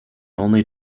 only